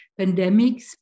Pandemics